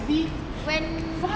when